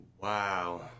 Wow